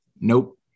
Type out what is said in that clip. Nope